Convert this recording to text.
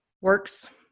works